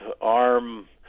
arm